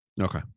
Okay